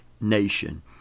Nation